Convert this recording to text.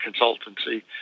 consultancy